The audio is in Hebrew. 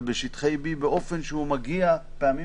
אבל בשטחי B באופן שהוא מגיע פעמים